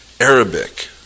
Arabic